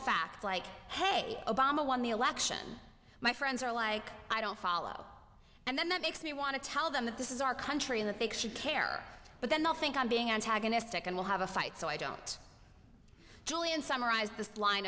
fact like hey obama won the election my friends are like i don't follow and then that makes me want to tell them that this is our country in that they should care but then they'll think i'm being antagonistic and we'll have a fight so i don't julian summarized the line